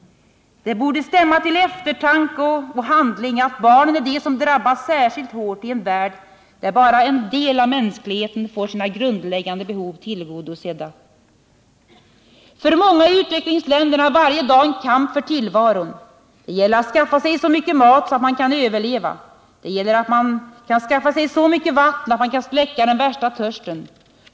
Det borde stämma till eftertanke och handling att barnen är de som drabbas särskilt hårt i en värld där bara en del av mänskligheten får sina grundläggande behov tillgodosedda. För många i utvecklingsländerna är varje dag en kamp för tillvaron. Det gäller att skaffa sig så mycket mat att man kan överleva. Det gäller att man kan skaffa sig så mycket vatten att man kan släcka den värsta törsten.